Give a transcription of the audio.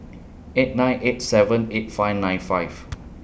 eight nine eight seven eight five nine five